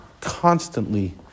constantly